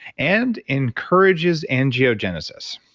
and encourages angiogenesis.